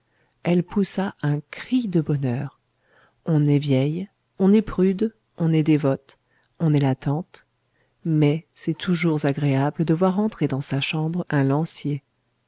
elle poussa un cri de bonheur on est vieille on est prude on est dévote on est la tante mais c'est toujours agréable de voir entrer dans sa chambre un lancier